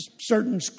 Certain